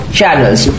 channels